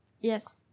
yes